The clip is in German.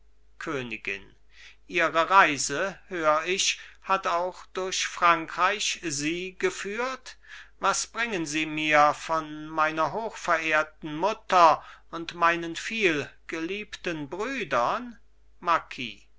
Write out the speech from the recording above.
königin ihre reise hör ich hat auch durch frankreich sie geführt was bringen sie mir von meiner hochverehrten mutter und meinen vielgeliebten brüdern